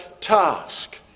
task